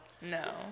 no